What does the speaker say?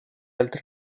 altre